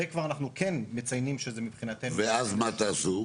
זה אנחנו כבר כן מציינים שזה מבחינתנו --- ואז מה תעשו?